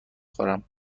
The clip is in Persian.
خورم